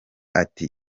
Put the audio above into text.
ati